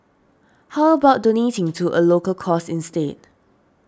how about donating to a local cause instead